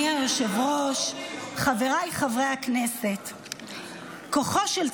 חבר הכנסת קריב, אני לא רוצה לקרוא אותך לסדר.